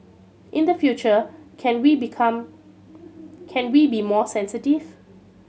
in the future can we become can we be more sensitive